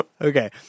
Okay